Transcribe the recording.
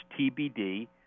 TBD